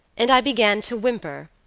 and i began to whimper,